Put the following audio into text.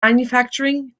manufacturing